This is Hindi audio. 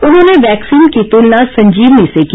उन्होंने वैक्सीन की तूलना संजीवनी से की